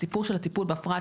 הסיפור של הטיפול בפרט,